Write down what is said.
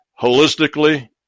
holistically